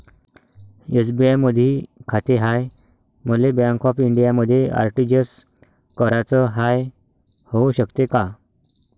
SBI मधी खाते हाय, मले बँक ऑफ इंडियामध्ये आर.टी.जी.एस कराच हाय, होऊ शकते का?